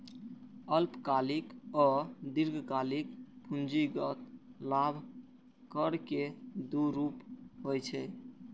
अल्पकालिक आ दीर्घकालिक पूंजीगत लाभ कर के दू रूप होइ छै